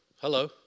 Hello